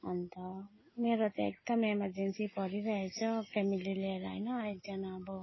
अन्त मेरो त एकदम एमर्जेन्सी परिरहेछ फेमिली लिएर होइन एकजना अब